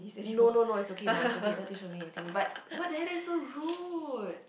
no no no it's okay no it's okay don't have to show me anything but what the heck that's so rude